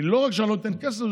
לא רק שאני לא נותן כסף,